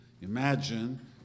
Imagine